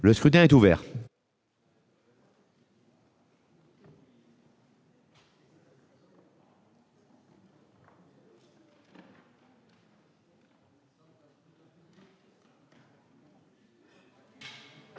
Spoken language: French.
Le scrutin est ouvert.